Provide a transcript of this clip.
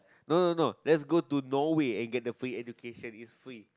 no no no let's go to Norway and get the free education is free